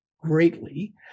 greatly